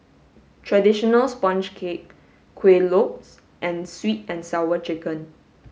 traditional sponge cake Kueh Lopes and sweet and sour chicken